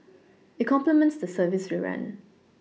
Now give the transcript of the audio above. it complements the service we run